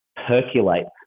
Percolates